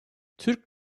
türk